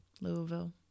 Louisville